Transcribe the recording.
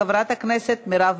תודה רבה לחברת הכנסת קארין